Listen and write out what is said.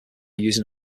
using